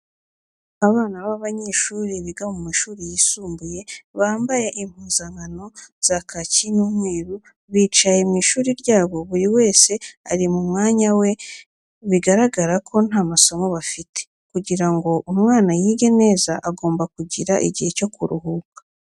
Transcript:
Abana b'abanyeshuri biga mu mashuri yisumbuye bamabaye impuzankano za kaki n'umweru bicaye mu ishuri ryabo buri wese ari mu mwanya we biragaragara ko nta masomo bafite, kugira ngo umwana yige neza agomba no kugira igihe cyo kuruhuka.